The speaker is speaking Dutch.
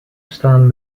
staan